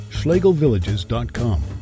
schlegelvillages.com